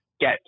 get